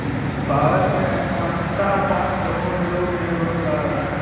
भारत में अनुमानतः पांच करोड़ लोग बेरोज़गार है